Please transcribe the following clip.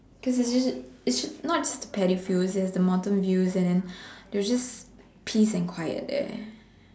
cause there's this it's not just the paddy fields there was the mountain views and there was just peace and quiet there